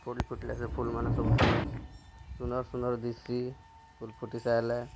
ଫୁଲ୍ ଫୁଟିଲେ ସେ ଫୁଲ୍ମାନ ସବୁ ସୁନ୍ଦର ସୁନ୍ଦର୍ ସୁନ୍ଦର୍ ଦିଶ୍ଛି ଫୁଲ୍ ଫୁଟି ସାଇଲେ